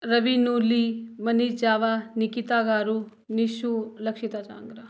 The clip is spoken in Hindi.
रवि नूली वनी चावा निकिता गारू निशु लक्षिता चांगरा